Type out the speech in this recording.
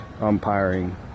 umpiring